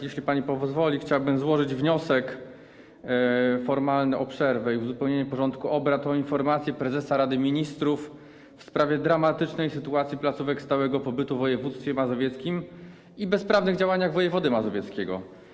Jeśli pani pozwoli, chciałbym złożyć wniosek formalny o przerwę i uzupełnienie porządku obrad o informację prezesa Rady Ministrów w sprawie dramatycznej sytuacji placówek stałego pobytu w województwie mazowieckim i bezprawnych działań wojewody mazowieckiego.